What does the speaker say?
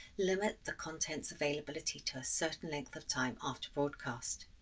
limit the contents' availability to a certain length of time after broadcast.